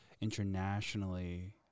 internationally